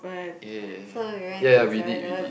ya ya ya we did we did